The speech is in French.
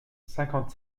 cinquante